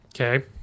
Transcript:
Okay